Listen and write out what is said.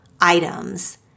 items